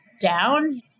down